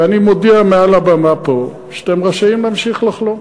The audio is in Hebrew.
ואני מודיע מעל הבמה פה שאתם רשאים להמשיך לחלום.